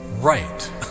Right